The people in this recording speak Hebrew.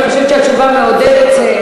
אני חושבת שהתשובה מעודדת.